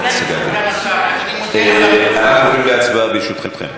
אנחנו עוברים להצבעה, ברשותכם.